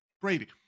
Brady